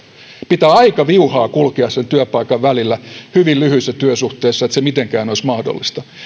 pitää aika viuhaa kulkea työpaikkojen välillä hyvin lyhyissä työsuhteissa että se mitenkään olisi mahdollista